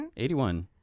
81